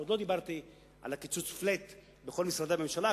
ועוד לא דיברתי על הקיצוץ flat בכל משרדי הממשלה,